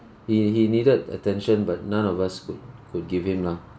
he he needed attention but none of us could could give him lah